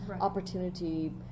opportunity